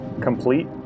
Complete